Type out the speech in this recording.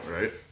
right